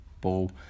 ball